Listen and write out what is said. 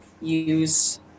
use